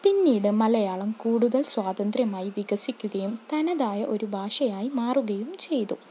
പിന്നീട് മലയാളം കൂടുതൽ സ്വാതന്ത്ര്യമായി വികസിക്കുകയും തനതായ ഒരു ഭാഷയായി മാറുകയും ചെയ്തു